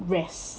rest